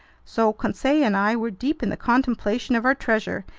so conseil and i were deep in the contemplation of our treasure,